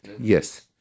Yes